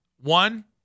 one